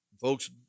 Folks